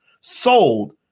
sold